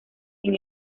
sin